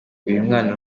uyumwana